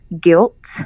guilt